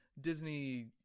Disney